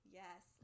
yes